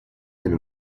del